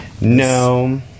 No